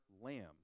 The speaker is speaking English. lamb